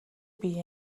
бие